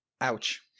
Ouch